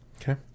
Okay